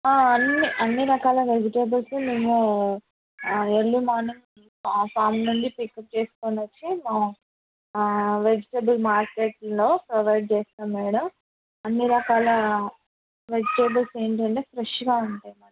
అన్నీ అన్నీ రకాల వెజిటేబుల్స్ మేము ఎర్లీ మార్నింగ్ మా ఫార్మ్ నుండి పిక్ చేసుకుని వచ్చి ఆ వెజిటేబుల్ మార్కెట్లో ప్రొవైడ్ చేస్తాము మేడం అన్నీ రకాల వెజిటేబుల్స్ ఏంటంటే ఫ్రెష్గా ఉంటాయి